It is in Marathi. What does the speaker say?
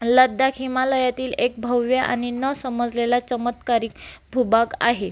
लडाख हिमालयातील एक भव्य आणि न समजलेला चमत्कारिक भूभाग आहे